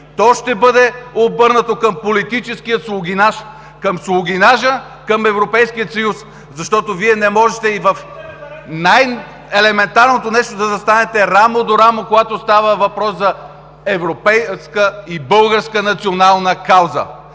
То ще бъде обърнато към политическия слугинаж, към слугинажа към Европейския съюз, защото Вие не можете и в най-елементарното нещо да застанете рамо до рамо, когато става въпрос за европейска и българска национална кауза.